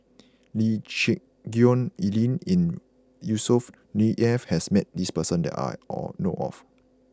Lee Geck Hoon Ellen and Yusnor E F has met this person that I all know of